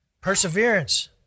perseverance